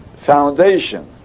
foundation